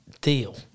deal